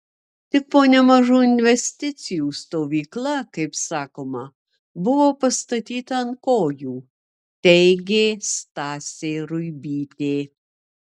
tik po nemažų investicijų stovykla kaip sakoma buvo pastatyta ant kojų teigė stasė ruibytė